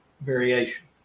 variation